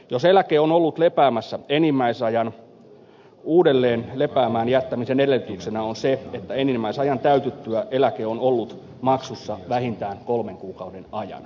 jos eläke on ollut lepäämässä enimmäisajan uudelleen lepäämään jättämisen edellytyksenä on se että enimmäisajan täytyttyä eläke on ollut maksussa vähintään kolmen kuukauden ajan